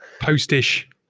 Post-ish